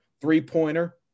three-pointer